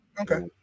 okay